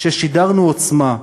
כששידרנו עוצמה,